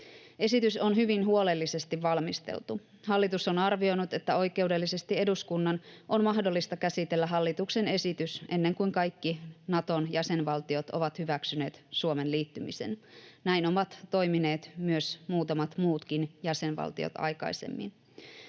Esitys on hyvin huolellisesti valmisteltu. Hallitus on arvioinut, että oikeudellisesti eduskunnan on mahdollista käsitellä hallituksen esitys ennen kuin kaikki Naton jäsenvaltiot ovat hyväksyneet Suomen liittymisen. Näin ovat toimineet myös muutamat muutkin jäsenvaltiot aikaisemmin.